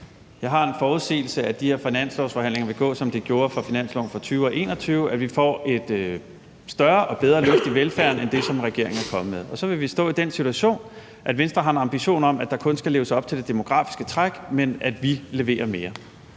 Jeg har en forudsigelse om, at de her finanslovsforhandlinger vil gå, som de gjorde ved finansloven for 2020 og 2021, nemlig at vi får et større og bedre løft i velfærden end det, som regeringen er kommet med. Så vil vi stå i den situation, at Venstre har en ambition om, at der kun skal leves op til det demografiske træk, men at vi leverer mere.